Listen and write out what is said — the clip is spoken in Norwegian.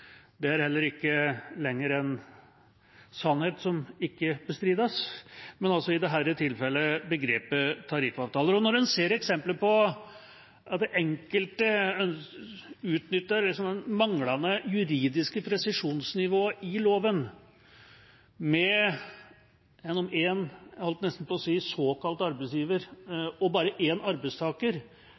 Det er heller ikke lenger en sannhet som ikke bestrides. Men, altså, i dette tilfellet begrepet «tariffavtale». Når en ser eksempler på at enkelte utnytter det manglende juridiske presisjonsnivået i loven gjennom en – jeg holdt nesten på å si – såkalt arbeidsgiver og bare en arbeidstaker